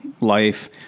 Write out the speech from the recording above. life